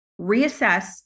reassess